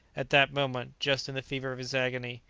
at that moment, just in the fever of his agony,